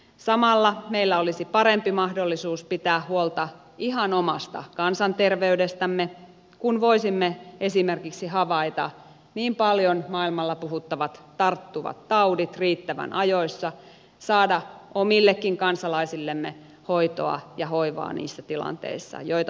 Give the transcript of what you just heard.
samalla meillä olisi parempi mahdollisuus pitää huolta ihan omasta kansanterveydestämme kun voisimme esimerkiksi havaita niin paljon maailmalla puhuttavat tarttuvat taudit riittävän ajoissa saada omillekin kansalaisillemme hoitoa ja hoivaa niissä tilanteissa joita he tarvitsevat